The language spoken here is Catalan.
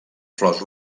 flors